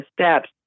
steps